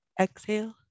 Exhale